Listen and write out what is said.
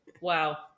wow